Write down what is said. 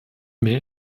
mehr